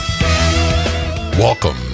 Welcome